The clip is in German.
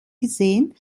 gesehen